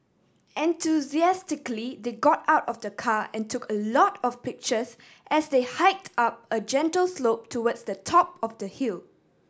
enthusiastically they got out of the car and took a lot of pictures as they hiked up a gentle slope towards the top of the hill